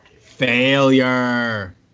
Failure